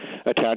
attach